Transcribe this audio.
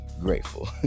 grateful